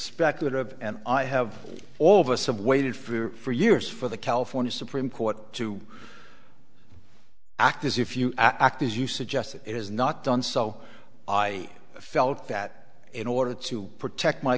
speculative and i have all of us have waited for years for the california supreme court to act as if you act as you suggest it is not done so i felt that in order to protect my